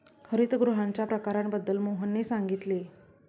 हरितगृहांच्या प्रकारांबद्दल मोहनने सांगितले